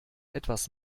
etwas